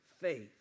faith